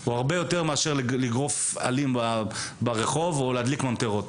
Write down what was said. או לגרוף עלים ברחוב ולהדליק ממטרות